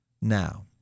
now